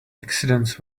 accidents